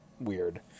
weird